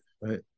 right